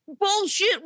bullshit